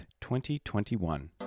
2021